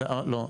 לא,